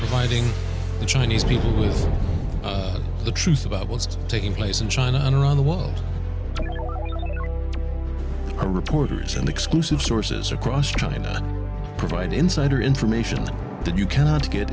fighting the chinese people is the truth about what's taking place in china and around the world are reporters and exclusive sources across china provide insider information that you cannot get